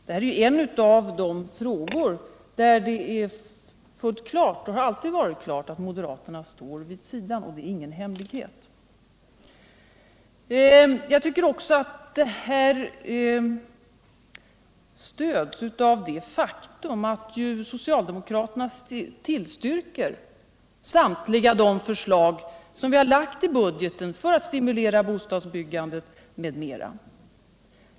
Det här är ju en av de frågor, där det är fullt klart och alltid har varit klart att moderaterna står vid sidan om, och det är ingen hemlighet. Jag tycker också att detta stöds av det faktum att socialdemokraterna tillstyrker samtliga de förslag som vi har lagt fram i budgeten för att stimulera bostadsbyggandet m.m.